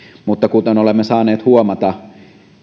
mutta kuten olemme saaneet huomata